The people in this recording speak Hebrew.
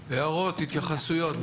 הערות, התייחסויות,